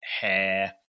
hair